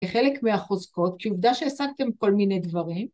‫כחלק מהחוזקות, ‫כי עובדה שהשגתם כל מיני דברים.